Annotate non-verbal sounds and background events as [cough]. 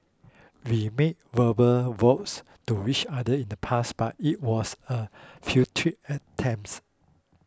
we made verbal vows to each other in the past but it was a [unintelligible] attempts